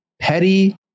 Petty